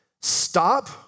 stop